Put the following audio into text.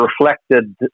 reflected